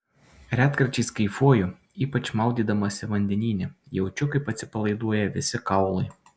retkarčiais kaifuoju ypač maudydamasi vandenyne jaučiu kaip atsipalaiduoja visi kaulai